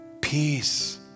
Peace